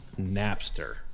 Napster